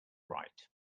right